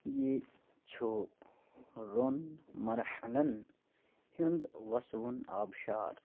یہِ چھُ روٚن مَرحَلَن ہُنٛد وَسوُن آبشار